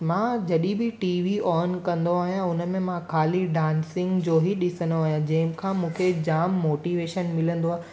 मां जॾहिं बि टीवी ऑन कंदो आहियां उन में मां ख़ाली डांसिंग जो ई ॾिसंदो आहियां जंहिंखां मूंखे जामु मोटिवेशन मिलंदो आहे